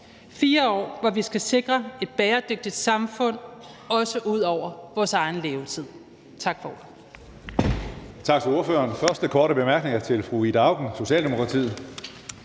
– 4 år, hvor vi skal sikre et bæredygtigt samfund, også ud over vores egen levetid.